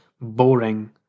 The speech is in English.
boring